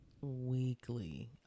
Weekly